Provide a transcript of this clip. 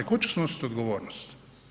Tko će snositi odgovornost?